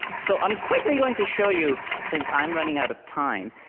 so i'm quickly going to show you, since i'm running out of time,